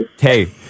Hey